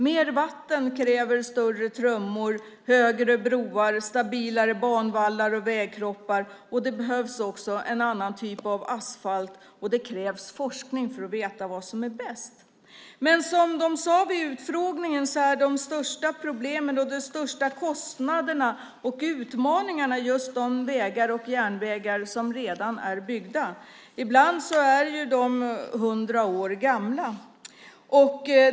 Mer vatten kräver större trummor, högre broar och stabilare banvallar och vägkroppar. Det behövs också en annan typ av asfalt. Och det krävs forskning för att veta vad som är bäst. Men som de sade vid utfrågningen är de största problemen, kostnaderna och utmaningarna de vägar och järnvägar som redan är byggda. I vissa fall är de 100 år gamla.